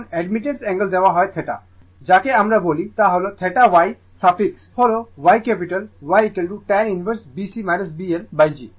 এখন অ্যাডমিটেন্সর অ্যাঙ্গেল দেওয়া হয় θ দ্বারা যাকে আমরা বলি তা হল θ Y সাফিক্স হল Y capital Y tan inverse B C B LG